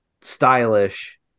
stylish